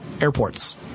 Airports